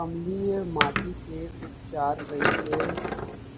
अम्लीय माटी के उपचार कइसे